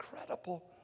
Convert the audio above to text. incredible